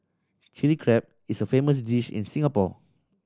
Chilli Crab is a famous dish in Singapore